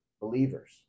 believers